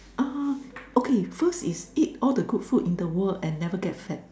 ah okay first is eat all the good food in the world and never get fat